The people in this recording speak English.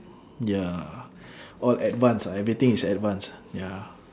ya all advance ah everything is advance ya